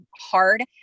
hard